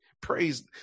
Praise